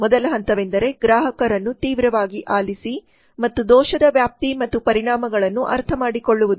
ಮೊದಲ ಹಂತವೆಂದರೆ ಗ್ರಾಹಕರನ್ನು ತೀವ್ರವಾಗಿ ಆಲಿಸಿ ಮತ್ತು ದೋಷದ ವ್ಯಾಪ್ತಿ ಮತ್ತು ಪರಿಣಾಮಗಳನ್ನು ಅರ್ಥಮಾಡಿಕೊಳ್ಳುವುದು